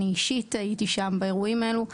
אני אישית הייתי שם באירועים האלו,